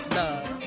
love